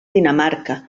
dinamarca